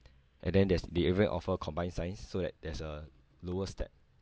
and then there's they even offer combined science so that there's a lower step